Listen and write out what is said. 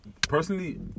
personally